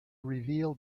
reveal